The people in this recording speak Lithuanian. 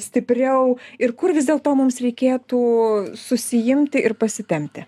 stipriau ir kur vis dėl to mums reikėtų susiimti ir pasitempti